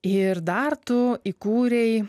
ir dar tu įkūrei